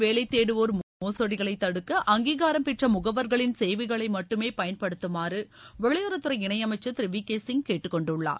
வேலை தேடுவோா் மோசடிகளை தடுக்க அங்கிகாரம் பெற்ற முகவா்களின் வெளிநாடுகளில் சேவைகளை மட்டுமே பயன்படுத்துமாறு வெளியுறவுத்துறை இணையமைச்சர் திரு வி கே சிங் கேட்டுக்கொண்டுள்ளார்